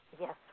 Yes